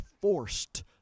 forced